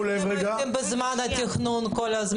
אתם הייתם שם,